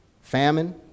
famine